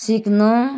सिक्नु